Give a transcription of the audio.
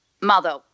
mother